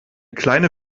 kleine